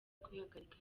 kwihagarika